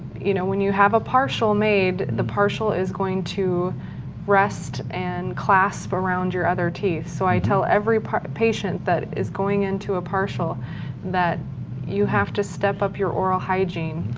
you know, when you have a partial made, the partial is going to rest and clasp around your other teeth so i tell every patient that is going into a partial that you have to step up your oral hygiene